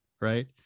Right